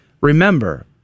Remember